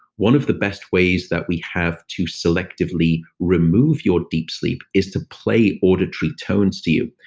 one of the best ways that we have to selectively remove your deep sleep is to play auditory tones to you.